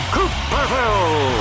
Cooperville